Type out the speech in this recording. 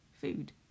food